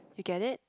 you get it